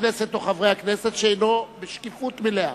הכנסת או חברי הכנסת שאינם בשקיפות מלאה.